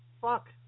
fuck